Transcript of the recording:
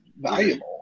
valuable